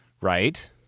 right